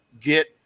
get